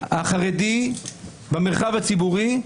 החרדי במרחב הציבורי.